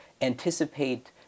anticipate